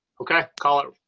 okay, call it.